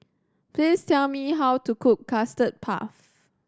please tell me how to cook Custard Puff